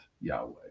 Yahweh